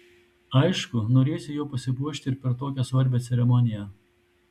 aišku norėsi juo pasipuošti ir per tokią svarbią ceremoniją